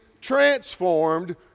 transformed